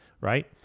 right